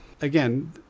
again